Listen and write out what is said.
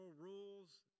rules